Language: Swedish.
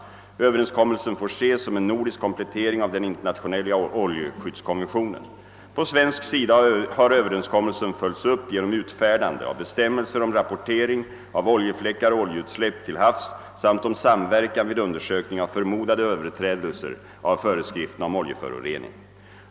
Överenskommelsen får ses som en nordisk komplettering av den internationella oljeskyddskonventionen. På svensk sida har överenskommelsen följts upp genom utfärdande av bestämmelser om rapportering av oljefläckar och oljeutsläpp till havs samt om samverkan vid undersökning av förmodade överträdelser av föreskrifterna om oljeförorening.